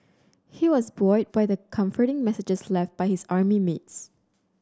he was buoyed by the comforting messages left by his army mates